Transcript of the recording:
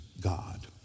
God